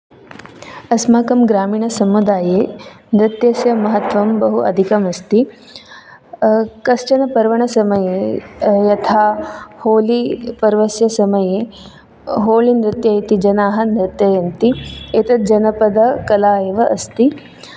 अस्माकं ग्रामीणसमुदाये नृत्यस्य महत्वं बहु अधिकम् अस्ति कश्चनपर्वणसमये यथा होली इति पर्वस्य समये होलीनृत्य इति जनाः नृत्यन्ति एतत् जनपदकला एव अस्ति